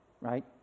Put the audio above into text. right